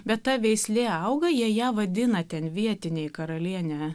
bet ta veislė auga jie ją vadina ten vietiniai karaliene